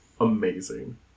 Amazing